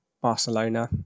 Barcelona